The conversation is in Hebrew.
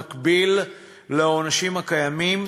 במקביל לעונשים הקיימים,